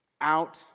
out